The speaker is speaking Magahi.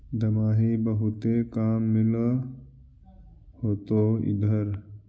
दमाहि बहुते काम मिल होतो इधर?